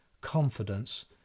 confidence